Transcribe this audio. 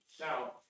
Now